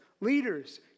leaders